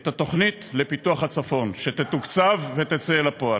את התוכנית לפיתוח הצפון, שתתוקצב ותצא אל הפועל.